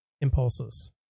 impulses